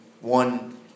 one